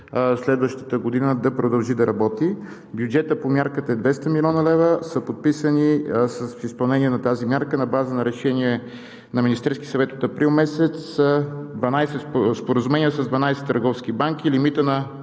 следващата година да продължи да работи. Бюджетът по мярката е 200 млн. лв. Подписани са, в изпълнение на тази мярка на база на решение на Министерския съвет месец април, 12 споразумения с 12 търговски банки. Лимитът на